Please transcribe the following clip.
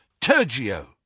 Turgio